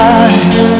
eyes